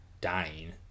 dying